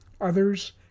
Others